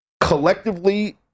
Collectively